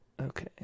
Okay